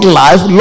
life